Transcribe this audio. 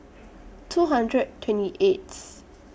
two hundred twenty eighth